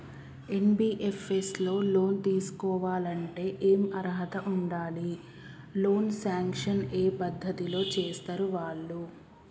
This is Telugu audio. ఎన్.బి.ఎఫ్.ఎస్ లో లోన్ తీస్కోవాలంటే ఏం అర్హత ఉండాలి? లోన్ సాంక్షన్ ఏ పద్ధతి లో చేస్తరు వాళ్లు?